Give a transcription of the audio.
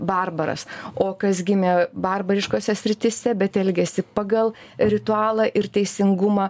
barbaras o kas gimė barbariškose srityse bet elgiasi pagal ritualą ir teisingumą